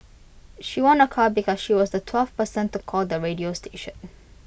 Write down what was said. she won A car because she was the twelfth person to call the radio station